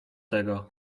tego